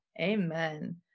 Amen